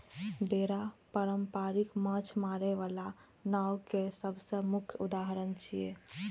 बेड़ा पारंपरिक माछ मारै बला नाव के सबसं मुख्य उदाहरण छियै